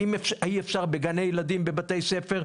האם אי אפשר בגני ילדים, בבתי ספר?